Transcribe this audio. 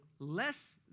less